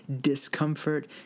discomfort